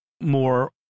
more